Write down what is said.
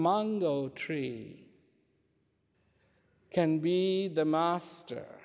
mango tree can be the master